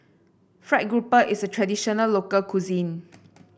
fried grouper is a traditional local cuisine